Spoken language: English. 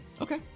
okay